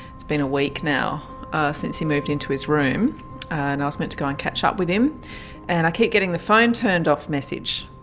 it's been a week now ah since he moved into his room and i was meant to go and catch up with him and i keep getting the phone turned off message.